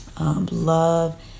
love